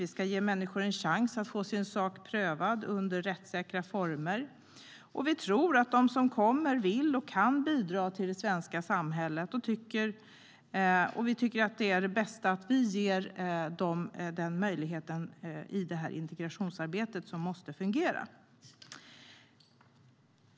Vi ska ge människor en chans att få sin sak prövad under rättssäkra former. Vi tror också att de som kommer hit vill och kan bidra till det svenska samhället, och det bästa vi kan göra är att ge dem den möjligheten i integrationsarbetet som måste fungera.